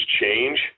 change